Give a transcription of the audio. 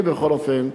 אני בכל אופן,